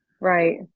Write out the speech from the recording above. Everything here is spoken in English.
Right